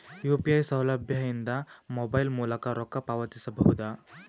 UPI ಸೌಲಭ್ಯ ಇಂದ mobile ಮೂಲಕ ರೊಕ್ಕ ಪಾವತಿಸ ಬಹುದಾ?